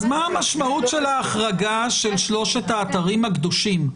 אז מה המשמעות של ההחרגה של שלושת האתרים הקדושים?